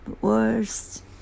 worst